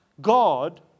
God